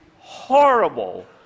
horrible